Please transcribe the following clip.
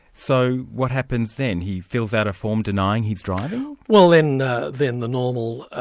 so what happens then? he fills out a form denying he's driving? well then ah then the normal